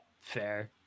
fair